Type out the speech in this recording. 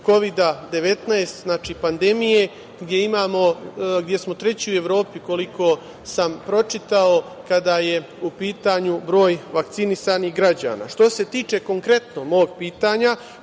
Kovida-19, znači pandemije, gde smo treći u Evropi koliko sam pročitao kada je u pitanju broj vakcinisanih građana. Što se tiče konkretno mog pitanja